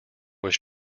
was